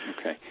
Okay